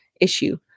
issue